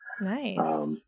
nice